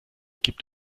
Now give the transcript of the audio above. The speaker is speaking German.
gibt